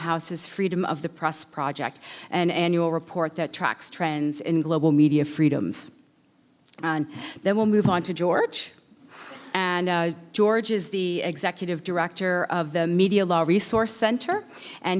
house's freedom of the press project an annual report that tracks trends in global media freedoms and then we'll move on to george and george is the executive director of the media law resource center and